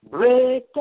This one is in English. Break